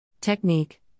Technique